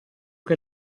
che